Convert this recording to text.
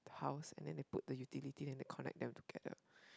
the house and then they put the utility and then they connect them together